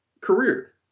career